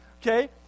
Okay